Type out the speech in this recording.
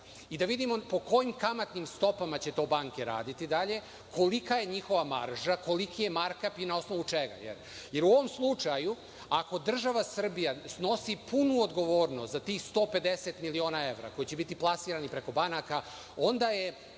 i da vidimo po kojim kamatnim stopama će to banke raditi dalje, kolika je njihova marža, koliki je markap i na osnovu čega. Jer, u ovom slučaju, ako država Srbija snosi punu odgovornost za tih 150 miliona evra koji će biti plasirani preko banaka, onda je